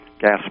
gas